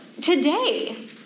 today